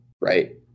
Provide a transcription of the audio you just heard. right